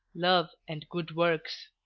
love, and good works.